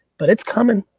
but it's coming.